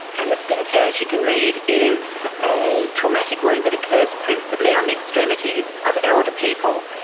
and a skin tear, as you can read, is a traumatic wound that occurs principally on the extremities of elder people.